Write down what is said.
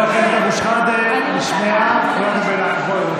חבר הכנסת אבו שחאדה, נשמעה קריאת הביניים.